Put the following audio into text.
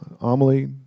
Amelie